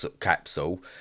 Capsule